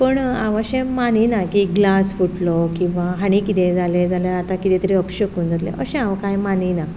पूण हांव अशें मानिना की ग्लास फुटलो किंवां आनी कितेंय जालें जाल्यार आतां किदें अपशकून जातलें अशें हांव कांय मानिना